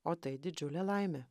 o tai didžiulė laimė